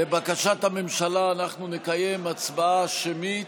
לבקשת הממשלה, אנחנו נקיים הצבעה שמית.